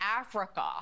Africa